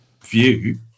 view